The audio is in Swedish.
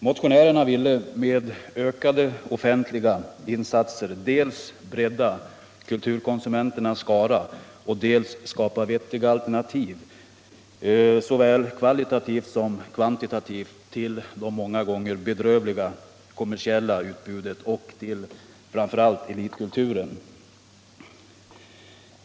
Motionärerna ville med ökade offentliga insatser dels bredda kulturkonsumenternas skara, dels skapa vettiga alternativ såväl kvalitativt som kvantitativt till det många gånger bedrövliga kommersiella utbudet och framför allt till elitkulturen.